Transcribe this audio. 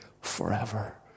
forever